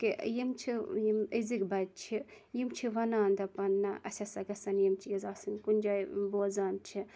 کہ یِم چھِ یِم أزٕکۍ بَچہٕ چھِ یِم چھِ وَنان دَپان نَہ اَسہِ ہَسا گَژھَن یَم چیٖز آسِن کُنہِ جایہِ بوزان چھِ